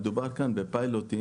מדובר בפיילוט,